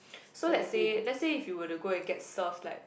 so lets say lets say if you were to get and serve like